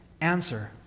answer